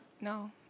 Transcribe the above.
No